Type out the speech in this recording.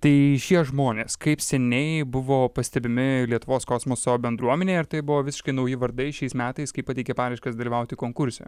tai šie žmonės kaip seniai buvo pastebimi lietuvos kosmoso bendruomenėje ar tai buvo visiškai nauji vardai šiais metais kai pateikė paraiškas dalyvauti konkurse